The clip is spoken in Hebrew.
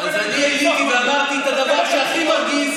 אז אני עליתי ואמרתי את הדבר שהכי מרגיז,